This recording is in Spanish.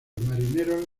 marineros